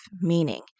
meaning